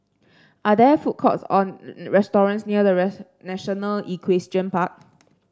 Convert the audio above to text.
are there food courts or restaurants near The National Equestrian Park